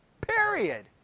Period